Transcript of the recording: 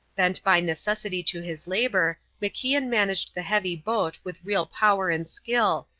bent by necessity to his labour, macian managed the heavy boat with real power and skill,